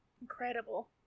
Incredible